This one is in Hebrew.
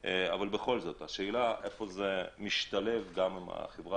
אבל השאלה איפה החברה האזרחית משתלבת פה.